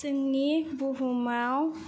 जोंनि बुहुमाव